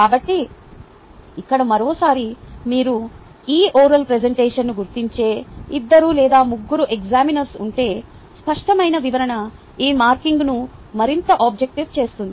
కాబట్టి ఇక్కడ మరోసారి మీరు ఈ ఓరల్ ప్రెజెంటేషన్లను గుర్తించే ఇద్దరు లేదా ముగ్గురు ఎగ్జామినర్స్ ఉంటే స్పష్టమైన వివరణ ఈ మార్కింగ్ను మరింత ఆబ్జెక్టివ్ చేస్తుంది